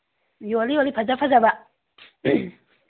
ꯌꯣꯜꯂꯤ ꯌꯣꯜꯂꯤ ꯐꯖ ꯐꯖꯕ